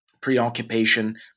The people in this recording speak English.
preoccupation